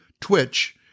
Twitch